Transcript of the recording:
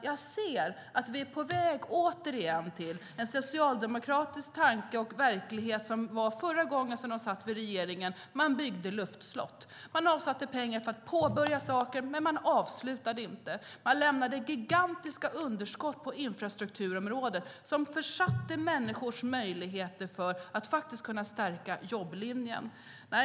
Jag ser att vi återigen är på väg till en socialdemokratisk tanke och verklighet som rådde förra gången de satt i regeringen: Man byggde luftslott. Man avsatte pengar för att påbörja saker, men man avslutade dem inte. Man lämnade gigantiska underskott på infrastrukturområdet, vilket gjorde att man försatt möjligheten att stärka jobblinjen för människor.